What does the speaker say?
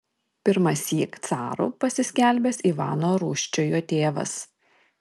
pirmąsyk caru pasiskelbęs ivano rūsčiojo tėvas